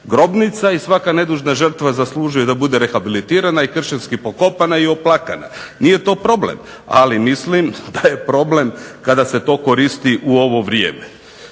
grobnica i svaka nedužna žrtva zaslužuje da bude rehabilitirana i kršćanski pokopana i oplakana, nije to problem. Ali mislim da je problem kada se to koristi u ovo vrijeme.